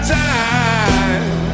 time